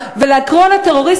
לעלות על הבמה,